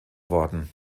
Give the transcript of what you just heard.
worden